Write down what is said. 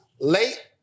late